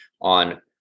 on